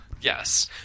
Yes